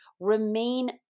Remain